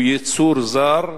הוא יצור זר,